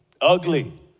ugly